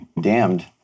damned